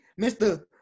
Mr